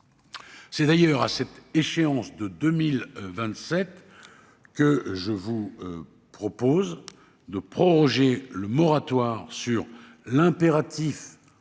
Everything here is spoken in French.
C'est d'ailleurs jusqu'à cette échéance de 2027 que je vous propose de proroger le moratoire sur l'impératif